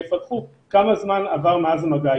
שיפלחו כמה זמן עבר מאז המגע,